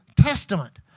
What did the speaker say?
Testament